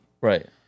Right